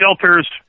shelters